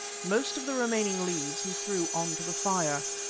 most of the remaining leaves he threw on to the fire.